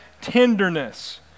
tenderness